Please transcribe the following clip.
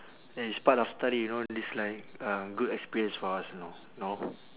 and it's part of study you know this like um good experience for us you know know